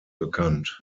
bekannt